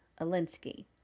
Alinsky